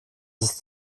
ist